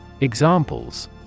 Examples